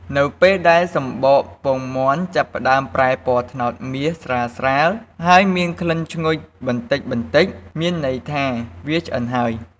នៅពេលដែលសំបកពងមាន់ចាប់ផ្តើមប្រែពណ៌ត្នោតមាសស្រាលៗ ហើយមានក្លិនឈ្ងុយបន្តិចៗ មានន័យថាវាឆ្អិនហើយ។